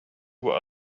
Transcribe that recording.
were